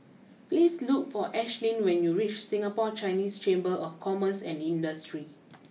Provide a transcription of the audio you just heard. please look for Ashly when you reach Singapore Chinese Chamber of Commerce and Industry